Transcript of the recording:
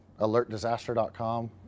alertdisaster.com